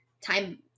time